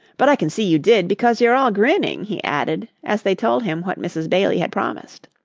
but i can see you did, because you're all grinning, he added, as they told him what mrs. bailey had promised.